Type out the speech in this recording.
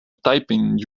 typing